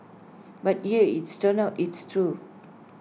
but yeah it's turns out it's true